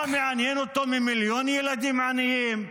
מה מעניינים אותו מיליון ילדים עניים?